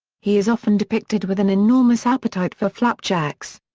he is often depicted with an enormous appetite for flapjacks.